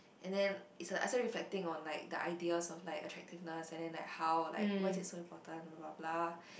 and then is A_I still reflecting on like the ideas of like attractiveness and then like how like why is it so important blah blah